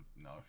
no